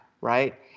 right